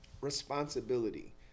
responsibility